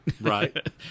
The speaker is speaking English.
Right